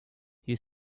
you